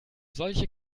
solche